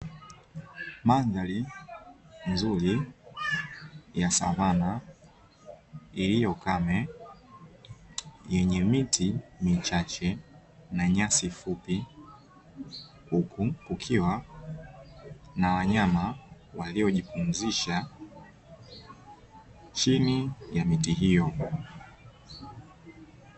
Mandhari nzuri ya savana iliyo kame yenye miti michache na nyasi fupi, huku kukiwa na wanyama waliojipumzisha chini ya miti hiyo.